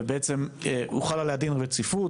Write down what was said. ובעצם הוחל עליה דין רציפות,